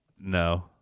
No